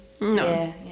no